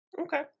okay